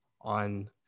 on